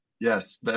Yes